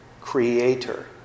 Creator